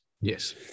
Yes